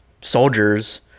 soldiers